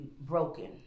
broken